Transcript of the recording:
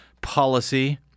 policy